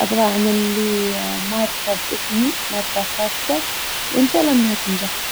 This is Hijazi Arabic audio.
ابغى اعمل لي ماركة بإسمي ماركة خاصة. وان شاء الله إنها تنجح